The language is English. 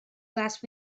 last